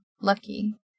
lucky